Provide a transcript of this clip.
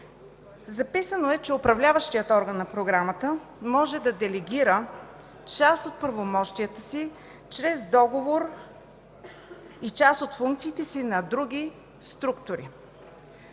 Записано е, че управляващият орган на програмата може да делегира част от правомощията си чрез договор и част от функциите си на други структури.